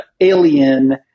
alien